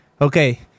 Okay